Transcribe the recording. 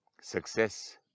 Success